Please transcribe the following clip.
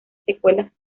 secuelas